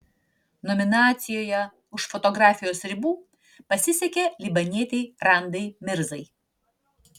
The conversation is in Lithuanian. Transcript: nominacijoje už fotografijos ribų pasisekė libanietei randai mirzai